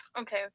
Okay